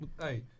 hey